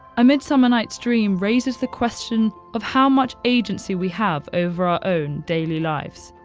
a midsummer night's dream raises the question of how much agency we have over our own daily lives.